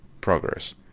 progress